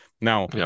now